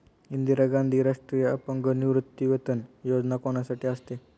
इंदिरा गांधी राष्ट्रीय अपंग निवृत्तीवेतन योजना कोणासाठी असते?